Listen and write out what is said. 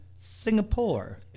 Singapore